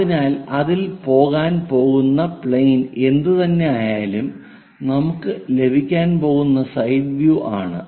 അതിനാൽ അതിൽ പോകാൻ പോകുന്ന പ്ലെയിൻ എന്തുതന്നെയായാലും നമുക്ക് ലഭിക്കാൻ പോകുന്നത് സൈഡ് വ്യൂ ആണ്